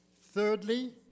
Thirdly